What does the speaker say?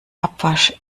abwasch